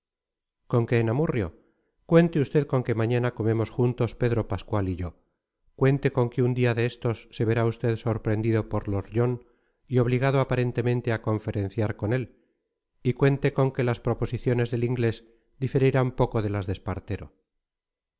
con que en amurrio cuente usted con que mañana comemos juntos pedro pascual y yo cuente con que un día de estos se verá usted sorprendido por lord john y obligado aparentemente a conferenciar con él y cuente con que las proposiciones del inglés diferirán poco de las de espartero